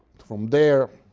from there,